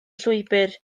llwybr